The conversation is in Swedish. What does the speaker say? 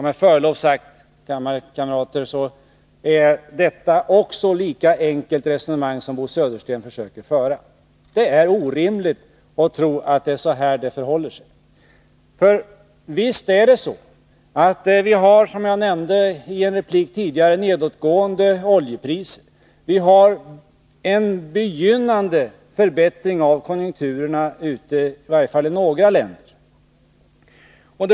Med förlov sagt, kammarkamrater, är också detta resonemang som Bo Södersten försöker föra alltför enkelt. Det är orimligt att tro att det förhåller sig på detta sätt. Visst har vi, som jag nämnde i en replik tidigare, nedåtgående oljepriser och en begynnande förbättring av konjunkturerna i varje fall i några länder.